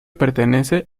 pertenece